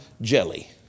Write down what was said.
jelly